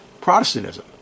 Protestantism